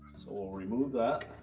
so we'll remove that,